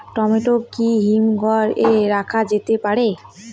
Tomato কি হিমঘর এ রাখা যেতে পারে?